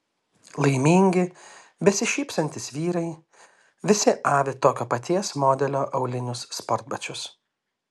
laimingi besišypsantys vyrai visi avi tokio paties modelio aulinius sportbačius